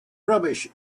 rubbish